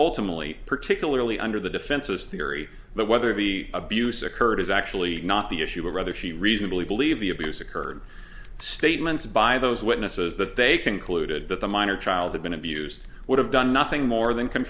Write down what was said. ultimately particularly under the defense's theory that whether the abuse occurred is actually not the issue of whether she reasonably believe the abuse occurred statements by those witnesses that they concluded that the minor child had been abused would have done nothing more than co